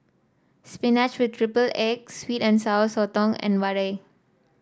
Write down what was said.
spinach with triple egg sweet and Sour Sotong and vadai